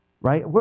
Right